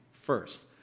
first